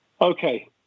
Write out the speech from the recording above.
Okay